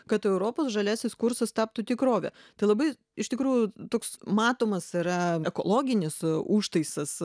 kad europos žaliasis kursas taptų tikrove tai labai iš tikrųjų toks matomas yra ekologinis užtaisas